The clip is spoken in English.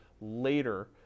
later